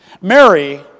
Mary